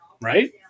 right